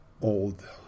old